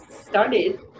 started